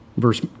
Verse